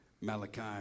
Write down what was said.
Malachi